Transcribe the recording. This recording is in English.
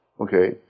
Okay